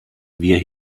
wir